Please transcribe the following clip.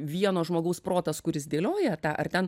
vieno žmogaus protas kuris dėlioja tą ar ten